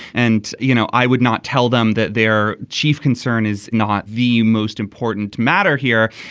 and you know i would not tell them that their chief concern is not the most important matter here.